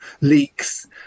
leaks